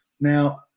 Now